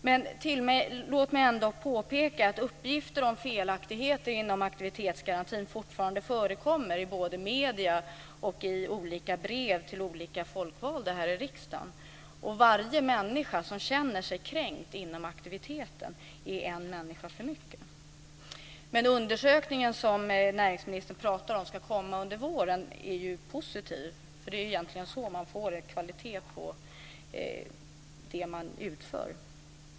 Men låt mig ändå påpeka att uppgifter om felaktigheter inom aktivitetsgarantin fortfarande förekommer både i massmedier och i olika brev till folkvalda här i riksdagen. Och varje människa som känner sig kränkt när det gäller aktivitetsgarantin är en människa för mycket. Men den undersökning som näringsministern säger ska komma under våren är ju positiv. Det är ju egentligen genom sådana som man får kvalitet på det som man utför.